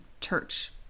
church